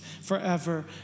forever